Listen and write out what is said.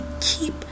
keep